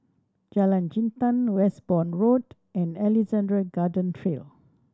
Jalan Jintan Westbourne Road and Alexandra Garden Trail